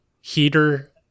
heater